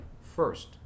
first